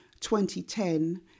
2010